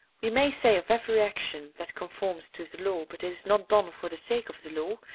we may say of every action that conforms to the law, but is not done for the sake of the law,